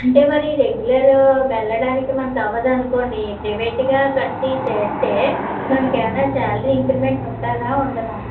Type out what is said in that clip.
అంటే మరి రెగ్యులరు వెళ్ళడానికి మనకు అవ్వదనుకోండి ప్రైవేట్గా కట్టి చేస్తే మనకేమన్నా శాలరీ ఇంక్రిమెంట్ ఉంటుందా ఉండదా